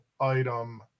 item